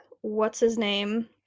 what's-his-name